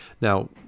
Now